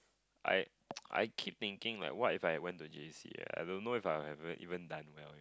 I I keep thinking like what if I went to J_C uh I don't know if I I would've even done well